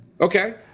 Okay